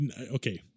okay